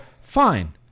fine